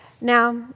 Now